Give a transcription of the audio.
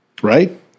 Right